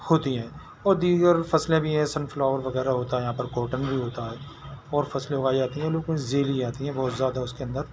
ہوتی ہیں اور دیگر فصلیں بھی ہیں سن فلاور وغیرہ ہوتا ہے یہاں پر کوٹن بھی ہوتا ہے اور فصلیں اگائی جاتی ہیں وہ کچھ ذیلی آتی ہیں بہت زیادہ اس کے اندر